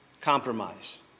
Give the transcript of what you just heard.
Compromise